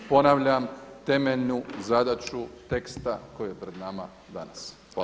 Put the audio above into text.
Ponavljam, temeljnu zadaću teksta koji je pred nama danas.